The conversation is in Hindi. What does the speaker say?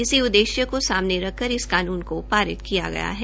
इसी उद्देश्य को सामने रखकर इस कानून को पारित किया गया है